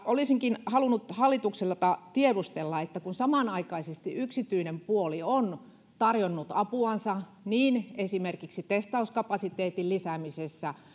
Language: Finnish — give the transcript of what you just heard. olisinkin halunnut hallitukselta tiedustella kun samanaikaisesti yksityinen puoli on tarjonnut apuansa niin esimerkiksi testauskapasiteetin lisäämisessä